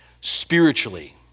spiritually